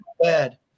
Bad